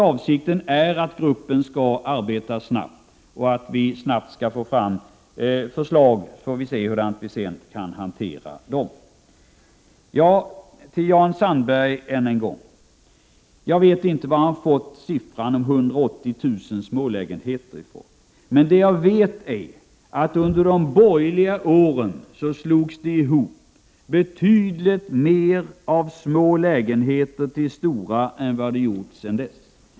Avsikten är att gruppen skall arbeta snabbt och snabbt ta fram förslag. Sedan får vi se hur dessa skall hanteras. Jag vill än en gång till Jan Sandberg säga att jag inte vet varifrån han har fått uppgiften om 180 000 smålägenheter. Vad jag däremot vet är att betydligt fler små lägenheter slogs ihop till stora lägenheter under de borgerliga regeringsåren än vad som skett sedan dess.